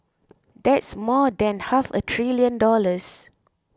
that's more than half a trillion dollars